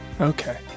Okay